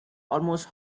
almost